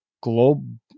Globe